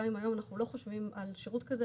גם אם היום אנחנו לא חושבים על שירות כזה,